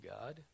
God